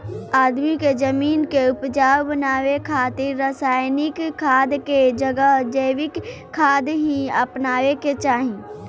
आदमी के जमीन के उपजाऊ बनावे खातिर रासायनिक खाद के जगह जैविक खाद ही अपनावे के चाही